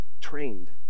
trained